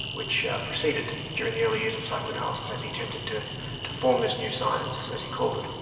which proceeded during the early years of psychoanalysis as he attempted to to form this new science, as he called it,